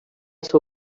seu